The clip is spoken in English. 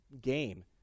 game